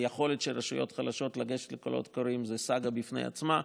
היכולת של רשויות חלשות לגשת לקולות קוראים היא סאגה בפני עצמה,